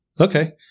Okay